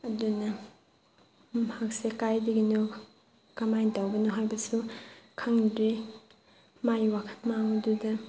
ꯑꯗꯨꯅ ꯃꯍꯥꯛꯁꯦ ꯀꯥꯏꯗꯒꯤꯅꯣ ꯀꯃꯥꯏꯅ ꯇꯧꯕꯅꯣ ꯍꯥꯏꯕꯁꯨ ꯈꯪꯗ꯭ꯔꯤ ꯃꯥꯏ ꯋꯥꯈꯟ ꯃꯥꯡꯕꯗꯨꯗ